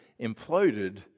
imploded